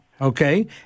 okay